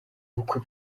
bukwe